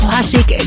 Classic